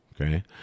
okay